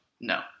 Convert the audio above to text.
No